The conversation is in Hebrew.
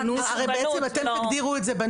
הרי בעצם אתם תגדירו את זה בנוהל.